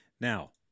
Now